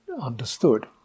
understood